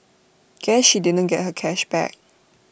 guess she didn't get her cash back